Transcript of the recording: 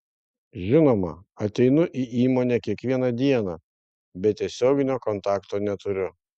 žinoma ateinu į įmonę kiekvieną dieną bet tiesioginio kontakto neturiu